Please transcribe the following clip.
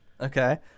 Okay